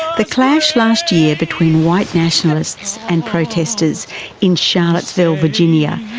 the clash last year between white nationalists and protesters in charlottesville, virginia,